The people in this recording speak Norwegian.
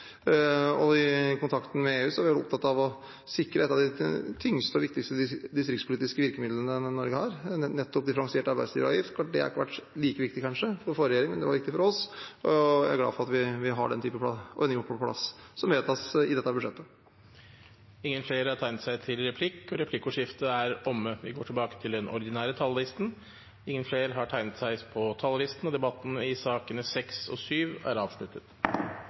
I kontakten med EU er vi opptatt av å sikre et av de tyngste og viktigste distriktspolitiske virkemidlene Norge har, nettopp differensiert arbeidsgiveravgift. Det har kanskje ikke vært like viktig for forrige regjering, men det er viktig for oss, og jeg er glad for at vi har den typen ordninger på plass, som vedtas i dette budsjettet. Replikkordskiftet er omme. Flere har ikke bedt om ordet til sakene nr. 6 og 7. Etter ønske fra finanskomiteen vil presidenten ordne debatten slik: 3 minutter til